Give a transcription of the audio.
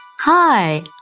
Hi